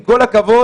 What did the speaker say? עם כל הכבוד,